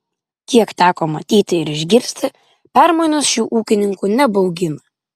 kiek teko matyti ir išgirsti permainos šių ūkininkų nebaugina